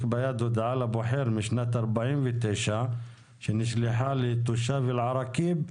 ביד הודעה לבוחר משנת 1949 שנשלחה לתושב אל-עראקיב,